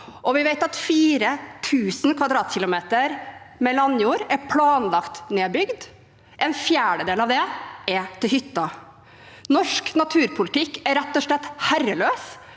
Vi vet at 4 000 km[²] med landjord er planlagt nedbygd, en fjerdedel av det er til hytter. Norsk naturpolitikk er rett og slett herreløs,